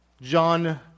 John